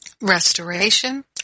restoration